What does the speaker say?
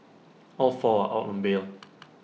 all four are out on bail